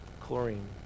Chlorine